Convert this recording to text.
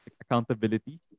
accountability